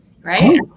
Right